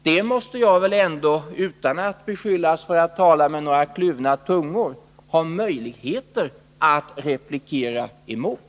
Detta måste jag väl ändå — utan att beskyllas för att tala med några kluvna tungor — ha möjligheter att replikera emot?